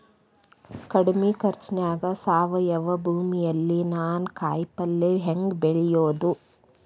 ಕಡಮಿ ಖರ್ಚನ್ಯಾಗ್ ಸಾವಯವ ಭೂಮಿಯಲ್ಲಿ ನಾನ್ ಕಾಯಿಪಲ್ಲೆ ಹೆಂಗ್ ಬೆಳಿಯೋದ್?